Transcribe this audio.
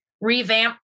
revamp